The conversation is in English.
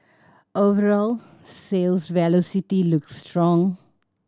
overall sales velocity looks strong